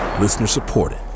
Listener-supported